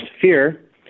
fear